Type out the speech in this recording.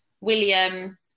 William